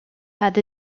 had